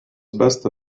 beste